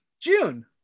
June